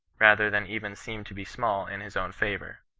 rather than even seem to be small in his own favour.